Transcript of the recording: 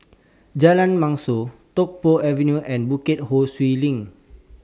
Jalan Mashor Tung Po Avenue and Bukit Ho Swee LINK